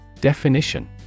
Definition